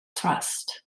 thrust